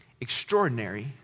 extraordinary